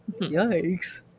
Yikes